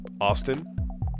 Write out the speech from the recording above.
Austin